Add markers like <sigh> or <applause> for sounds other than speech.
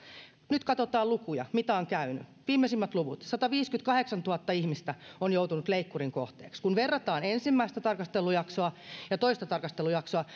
nyt katsotaan lukuja mitä on käynyt viimeisimmät luvut sataviisikymmentäkahdeksantuhatta ihmistä on joutunut leikkurin kohteeksi kun verrataan ensimmäistä tarkastelujaksoa ja toista tarkastelujaksoa <unintelligible>